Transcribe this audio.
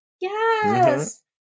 Yes